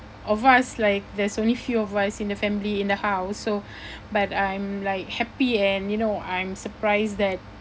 of us like there's only few of us in the family in the house so but I'm like happy and you know I'm surprised that